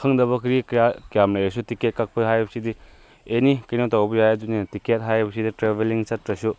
ꯈꯪꯗꯕ ꯀꯔꯤ ꯀꯌꯥ ꯀꯌꯥꯝ ꯂꯩꯔꯁꯨ ꯇꯤꯀꯦꯠ ꯀꯛꯄ ꯍꯥꯏꯕꯁꯤꯗꯤ ꯑꯦꯅꯤ ꯀꯩꯅꯣ ꯇꯧꯕ ꯌꯥꯏ ꯑꯗꯨꯅꯤꯅ ꯇꯤꯀꯦꯠ ꯍꯥꯏꯕꯁꯤꯗꯤ ꯇ꯭ꯔꯦꯕꯦꯂꯤꯡ ꯆꯠꯇ꯭ꯔꯁꯨ